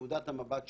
מנקודת המבט שלי,